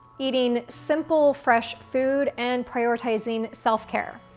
eating simple, fresh food, and prioritizing self care.